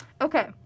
Okay